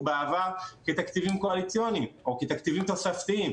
בעבר כתקציבים קואליציוניים או כתקציבים תוספתיים,